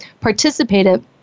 participated